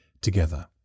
together